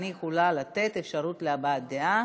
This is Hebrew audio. אני יכולה לתת אפשרות להבעת דעה.